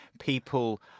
people